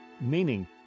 meaning